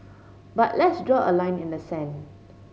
but let's draw a line in the sand